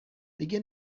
دیگه